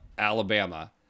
Alabama